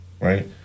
right